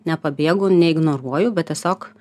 nepabėgu neignoruoju bet tiesiog